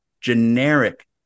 generic